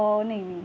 नाही नाही